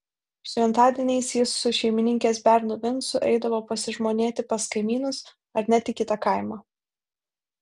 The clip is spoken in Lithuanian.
šventadieniais jis su šeimininkės bernu vincu eidavo pasižmonėti pas kaimynus ar net į kitą kaimą